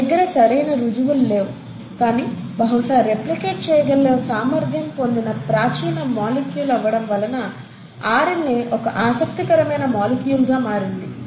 మన దగ్గర సరైన రుజువులు లేవు కానీ బహుశా రెప్లికేట్ చేయగల సామర్ధ్యం పొందిన ప్రాచీన మాలిక్యూల్ అవ్వటం వలన ఆర్ఎన్ఏ ఒక ఆసక్తికరమైన మాలిక్యూల్ గా మారింది